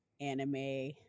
anime